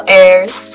airs